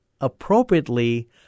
appropriately